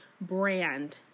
brand